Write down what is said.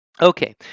okay